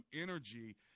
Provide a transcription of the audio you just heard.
energy